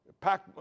Pack